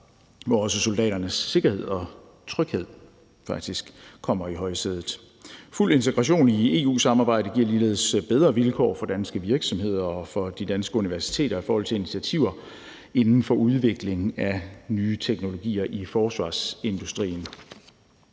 hvor også soldaternes sikkerhed og tryghed faktisk kommer i højsædet. Fuld integration i EU-samarbejdet giver ligeledes bedre vilkår for danske virksomheder og for de danske universiteter i forhold til initiativer inden for udviklingen af nye teknologier i forsvarsindustrien.